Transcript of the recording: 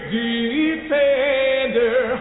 defender